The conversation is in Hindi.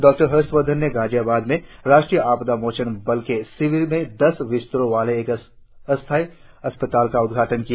डॉक्टर हर्ष वर्धन ने गाजियाबाद में राष्ट्रीय आपदा मोचन बल के शिविर में दस बिस्तरों वाले एक अस्थायी अस्पताल का उद्घाटन किया